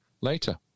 later